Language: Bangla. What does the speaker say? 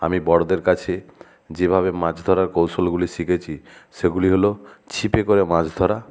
আমি বড়োদের কাছে যেভাবে মাছ ধরার কৌশলগুলি শিখেছি সেগুলি হলো ছিপে করে মাছ ধরা